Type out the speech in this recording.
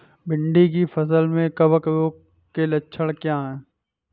भिंडी की फसल में कवक रोग के लक्षण क्या है?